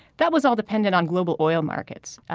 that was all dependent on global oil markets.